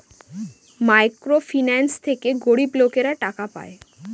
micro finance থেকে গরিব লোকেরা টাকা পায়